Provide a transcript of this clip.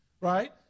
right